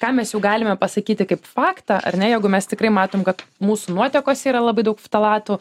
ką mes jau galime pasakyti kaip faktą ar ne jeigu mes tikrai matom kad mūsų nuotekose yra labai daug ftalatų